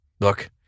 Look